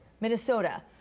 Minnesota